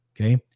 okay